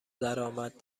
درآمد